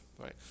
right